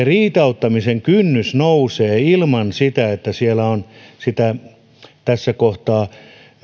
riitauttamisen kynnys nousee ilman sitä että siellä on tässä kohtaa